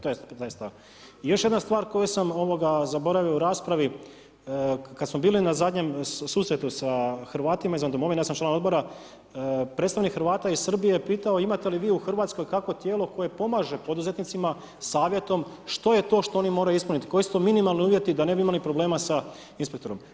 Još jedna stvar koju sam zaboravio u raspravi, kada smo bili na zadnjem susretu sa Hrvatima izvan domovine, ja sam član Odbora, predstavnik Hrvata iz Srbije je pitao imate li vi u RH kakvo tijelo koje pomaže poduzetnicima savjetom što je to što oni moraju ispuniti, koji su to minimalni uvjeti da ne bi imali problema sa inspektorom.